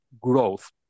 growth